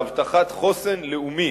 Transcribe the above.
בהבטחת חוסן לאומי,